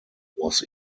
was